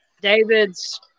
David's